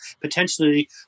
potentially